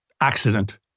accident